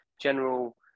general